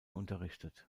unterrichtet